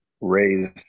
raised